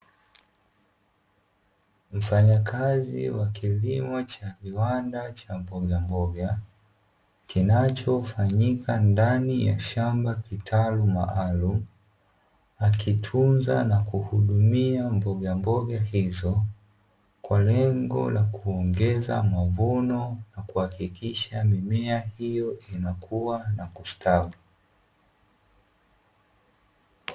Mfanyakazi wa kilimo cha viwanda cha mbogamboga kinachofanyika ndani ya shamba kitalu maalumu, akitunza na kuhudumia mbogamboga hizo kwa lengo la kuongeza mavuno na kuhakikisha mimea hiyo inakua na kustawi.